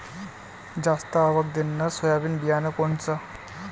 जास्त आवक देणनरं सोयाबीन बियानं कोनचं?